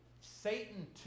Satan